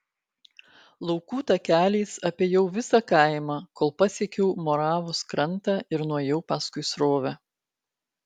laukų takeliais apėjau visą kaimą kol pasiekiau moravos krantą ir nuėjau paskui srovę